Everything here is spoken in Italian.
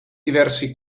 diversi